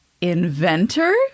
inventor